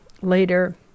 later